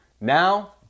Now